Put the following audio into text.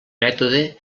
mètode